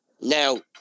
Now